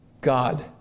God